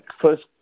first